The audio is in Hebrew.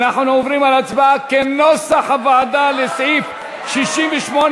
ההסתייגויות לסעיף 68,